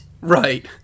right